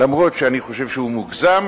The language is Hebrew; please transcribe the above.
אף-על-פי שאני חושב שהוא מוגזם,